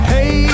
Hey